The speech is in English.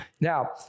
Now